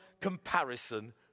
comparison